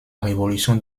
révolution